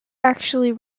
actually